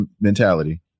mentality